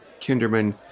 Kinderman